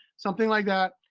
something like that,